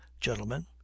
gentlemen